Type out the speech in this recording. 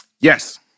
Yes